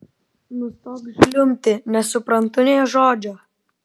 nustok žliumbti nesuprantu nė žodžio